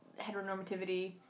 heteronormativity